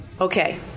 Okay